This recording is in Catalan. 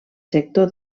sector